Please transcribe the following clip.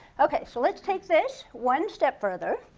okay, so let's take this one step further.